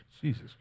Jesus